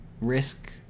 risk